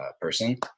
person